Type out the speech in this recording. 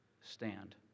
stand